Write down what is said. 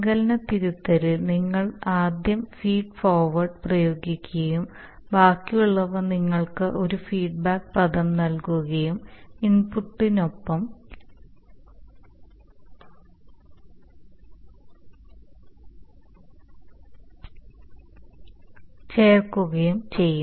സങ്കലന തിരുത്തലിൽ നിങ്ങൾ ആദ്യം ഫീഡ് ഫോർവേഡ് പ്രയോഗിക്കുകയും ബാക്കിയുള്ളവ നിങ്ങൾക്ക് ഒരു ഫീഡ്ബാക്ക് പദം നൽകുകയും ഇൻപുട്ടിനൊപ്പം ചേർക്കുകയും ചെയ്യും